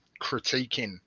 critiquing